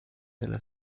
della